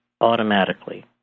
automatically